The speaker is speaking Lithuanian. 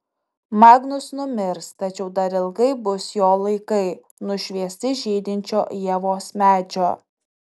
magnus numirs tačiau dar ilgai bus jo laikai nušviesti žydinčio ievos medžio